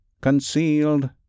concealed